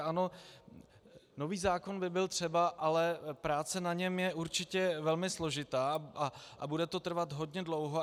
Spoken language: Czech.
Ano, nový zákon by byl třeba, ale práce na něm je určitě velmi složitá a bude to trvat hodně dlouho.